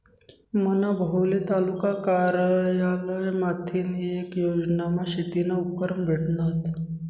मना भाऊले तालुका कारयालय माथीन येक योजनामा शेतीना उपकरणं भेटनात